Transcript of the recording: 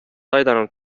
aidanud